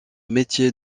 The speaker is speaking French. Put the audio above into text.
métier